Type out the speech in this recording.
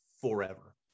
forever